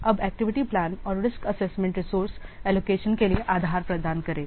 अब activity plan और risk assessment resource allocation के लिए आधार प्रदान करेगा